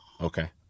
Okay